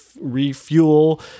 refuel